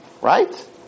right